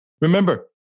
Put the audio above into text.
remember